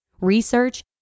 research